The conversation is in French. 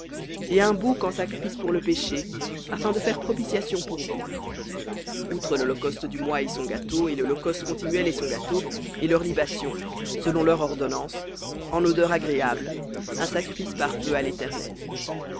et un bouc en sacrifice pour le péché afin de faire propitiation pour vous outre l'holocauste du mois et son gâteau et l'holocauste continuel et son gâteau et leurs libations selon leur ordonnance en odeur agréable un sacrifice par feu à l'éternel